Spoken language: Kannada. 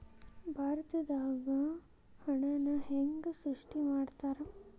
ಭಾರತದಾಗ ಹಣನ ಹೆಂಗ ಸೃಷ್ಟಿ ಮಾಡ್ತಾರಾ